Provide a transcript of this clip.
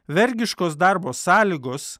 vergiškos darbo sąlygos